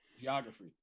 Geography